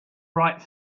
right